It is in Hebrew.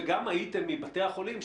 וגם הייתם מבתי החולים,